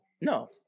No